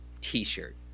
t-shirt